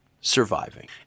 surviving